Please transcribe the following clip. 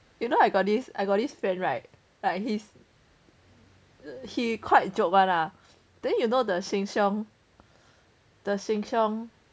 you know I got this friend right like he's he quite joke [one] lah then you know the Sheng Shiong the Sheng Shiong